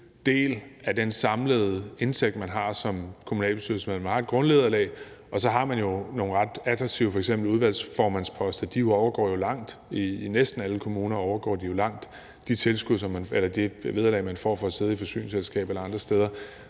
en lille del af den samlede indtægt, man har som kommunalbestyrelsesmedlem. Man har et grundvederlag, og så har man f.eks. nogle ret attraktive udvalgsformandsposter; de overgår jo i næsten alle kommuner langt det vederlag, man får for at sidde i et forsyningsselskab eller andre steder.